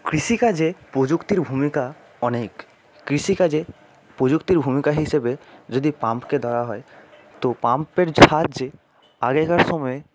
কৃষিকাজে প্রযুক্তির ভূমিকা অনেক কৃষিকাজে প্রযুক্তির ভূমিকা হিসেবে যদি পাম্পকে ধরা হয় তো পাম্পের সাহায্যে আগেকার সময়